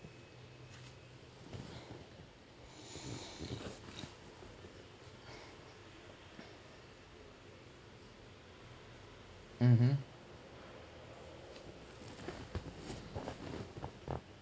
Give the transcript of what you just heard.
mmhmm